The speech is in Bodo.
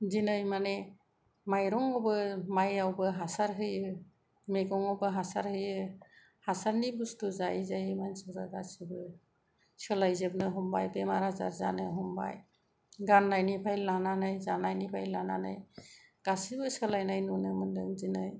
दिनै माने माइरंआवबो माइआवबो हासार होयो मैगंआवबो हासार होयो हासारनि बुसथु जायै जायै मानसिफ्रा गासिबो सोलायजोबनो हमबाय बेमार आजार जानो हमबाय गाननायनिफ्राय लानानै जानायनिफ्राय लानानै गासिबो सोलायनाय नुनो मोनदों दिनै